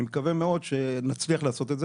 אבל אני לא חושב שזה צודק להוריד ממה